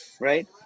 right